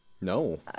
No